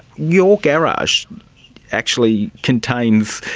your garage actually contains